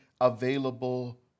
available